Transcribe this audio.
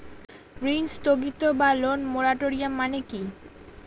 ঋণ স্থগিত বা লোন মোরাটোরিয়াম মানে কি?